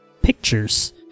pictures